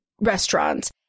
restaurants